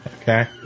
Okay